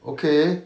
okay